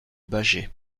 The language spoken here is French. bâgé